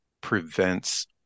prevents